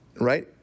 right